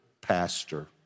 pastor